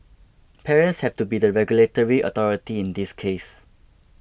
parents have to be the regulatory authority in this case